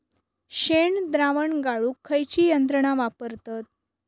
शेणद्रावण गाळूक खयची यंत्रणा वापरतत?